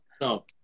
no